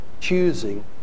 choosing